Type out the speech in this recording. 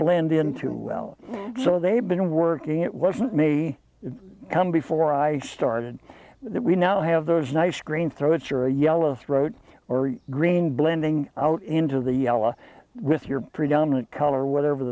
blend into well so they've been working it wasn't me come before i started that we now have those nice green throats or a yellow throat or green blending out into the yellow with your predominant color whatever